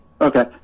Okay